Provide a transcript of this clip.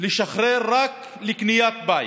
לשחרר רק לקניית בית,